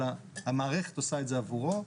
אלא המערכת עושה את זה עבורו,